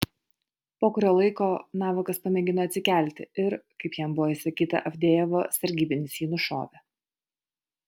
po kurio laiko navakas pamėgino atsikelti ir kaip jam buvo įsakyta avdejevo sargybinis jį nušovė